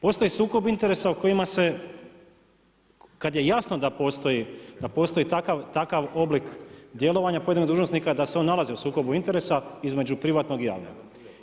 Postoji sukob interesa u kojima se kad je jasno da postoji takav oblik djelovanja pojedinog dužnosnika, da se on nalazi u sukobu interesa, između privatnog i javnog.